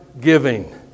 giving